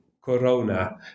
corona